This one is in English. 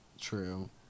True